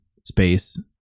space